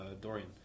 Dorian